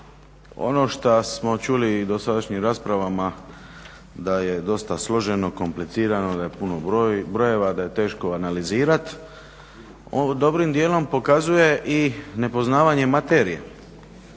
ono što smo čuli u dosadašnjim raspravama da je dosta složeno, komplicirano, da je puno brojeva, da je teško analizirati, dobrim dijelom pokazuje i nepoznavanje materije